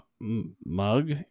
Mug